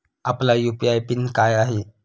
आपला UPI pin काय आहे?